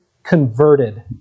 converted